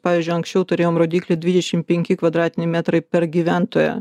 pavyzdžiui anksčiau turėjom rodiklį dvidešimt penki kvadratiniai metrai per gyventoją